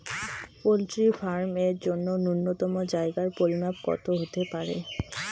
Poultry farm এর জন্য নূন্যতম জায়গার পরিমাপ কত হতে পারে?